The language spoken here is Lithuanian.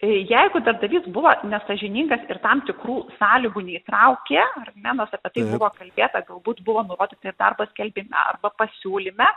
jeigu darbdavys buvo nesąžiningas ir tam tikrų sąlygų neįtraukė ar ne nors apie tai buvo kalbėta galbūt buvo nurodyta ir darbo skelbime arba pasiūlyme